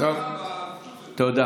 אני לא רוצה שייפול פגם, תודה.